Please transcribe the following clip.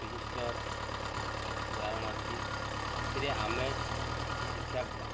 ବିଶିଷ୍ଟ ଉଦାହରଣ ଅଛି ଏଥିରେ ଆମେ କିଛି ଶିକ୍ଷା